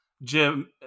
Jim